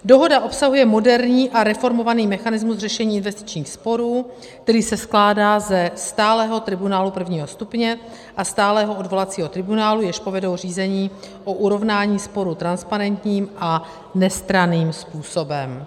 Dohoda obsahuje moderní a reformovaný mechanismus řešení investičních sporů, který se skládá ze stálého tribunálu prvního stupně a stálého odvolacího tribunálu, jež povedou řízení o urovnání sporů transparentním a nestranným způsobem.